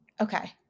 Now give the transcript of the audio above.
Okay